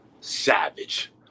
savage